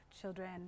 children